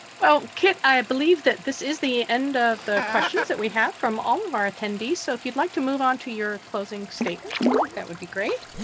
well kit, i believe that this is the end of the questions that we have from all of our attendees. so if you'd like to move on to your closing statements. i think that would be great.